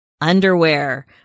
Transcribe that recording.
underwear